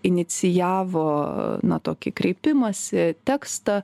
inicijavo na tokį kreipimąsi tekstą